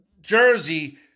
Jersey